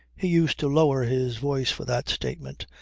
he used to lower his voice for that statement,